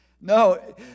No